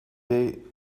they